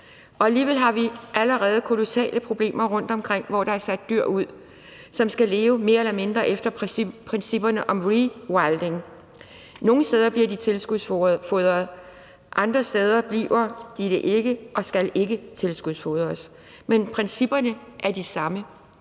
har alligevel allerede kolossale problemer rundtomkring, hvor der er sat dyr ud, som mere eller mindre skal leve efter principperne om rewilding. Nogle steder bliver de tilskudsfodret, andre steder bliver de ikke og skal ikke tilskudsfodres, men principperne er de samme: